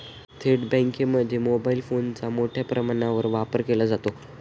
थेट बँकांमध्ये मोबाईल फोनचा मोठ्या प्रमाणावर वापर केला जातो